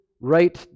right